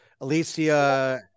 Alicia